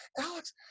Alex